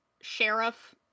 sheriff